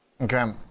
Okay